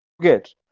get